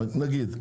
נגיד,